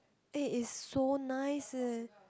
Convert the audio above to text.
eh is so nice leh